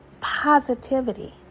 positivity